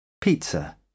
Pizza